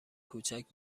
کوچک